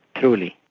truly.